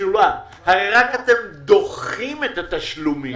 אתם דוחים רק את התשלומים הרי.